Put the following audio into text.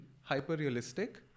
hyper-realistic